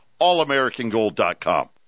allamericangold.com